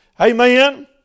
Amen